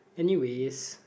anyways